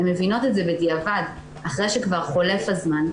הן מבינות את זה בדיעבד, אחרי שכבר חולף הזמן.